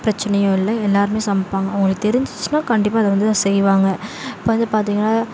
பிரச்சனையும் இல்லை எல்லாருமே சமைப்பாங்க அவங்களுக்கு தெரிஞ்சுச்சுனா கண்டிப்பாக அதை வந்து செய்வாங்க இப்போ வந்து பார்த்திங்கனா